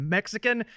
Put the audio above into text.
Mexican